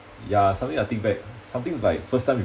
ya suddenly I think back some things like first time you